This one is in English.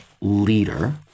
leader